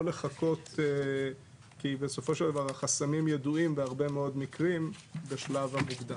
לא לחכות כי בסופו של דבר החסמים ידועים בהרבה מאוד מקרים בשלב המוקדם.